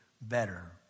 better